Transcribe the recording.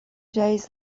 days